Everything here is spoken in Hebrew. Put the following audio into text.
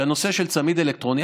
שהנושא של צמיד אלקטרוני,